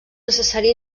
necessari